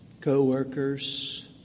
co-workers